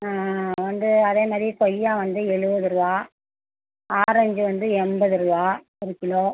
வந்து அதே மாரி கொய்யா வந்து எழுவதுரூவா ஆரேஞ்சு வந்து என்பதுரூவா ஒரு கிலோ